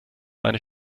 meine